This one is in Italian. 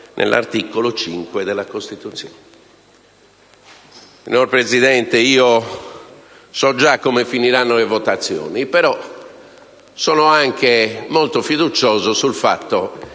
nell'articolo 5 della Costituzione. Signor Presidente, io so già come finiranno le votazioni. Però sono anche molto fiducioso sul fatto